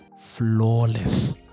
flawless